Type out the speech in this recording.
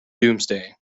doomsday